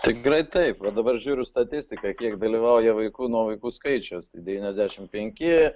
tikrai taip va dabar žiūriu statistiką kiek dalyvauja vaikų nuo vaikų skaičius tai devyniasdešimt penki